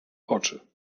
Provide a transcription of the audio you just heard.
oczy